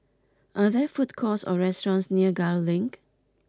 are there food courts or restaurants near Gul Link